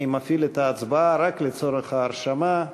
אני מפעיל את ההצבעה רק לצורך ההרשמה.